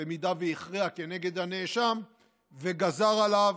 אם הכריע כנגד הנאשם וגזר עליו